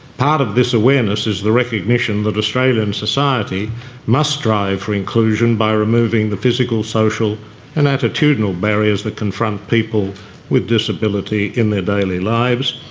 part of this awareness is the recognition that australian society must strive for inclusion by removing the physical, social and attitudinal barriers that confront people with disability in their daily lives.